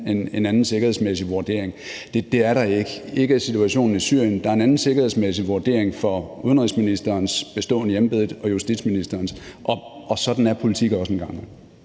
en anden sikkerhedsmæssig vurdering. Det er der ikke – ikke af situationen i Syrien. Der er en anden sikkerhedsmæssig vurdering i forhold til udenrigsministerens beståen i embedet og også justitsministerens. Og sådan er politik også en gang